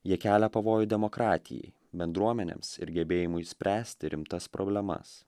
ji kelia pavojų demokratijai bendruomenėms ir gebėjimui spręsti rimtas problemas